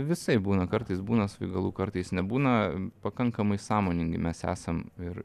visaip būna kartais būna svaigalų kartais nebūna pakankamai sąmoningi mes esam ir